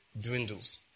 dwindles